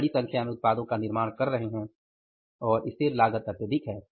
हम बड़ी संख्या में उत्पादों का निर्माण कर रहे हैं और स्थिर लागत अत्यधिक है